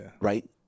right